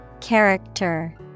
Character